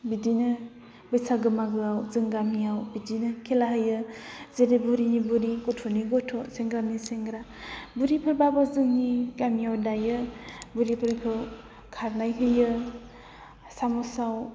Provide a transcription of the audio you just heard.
बिदिनो बैसागो मागोआव जों गामियाव बिदिनो खेला होयो जेरै बुरैनि बुरै गथ'नि गथ' सेंग्रानि सेंग्रा बुरैफोरब्लाबो जोंनि गामियाव दायो बुरैफोरखौ खारनाय होयो सामसआव